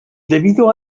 debido